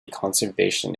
conservation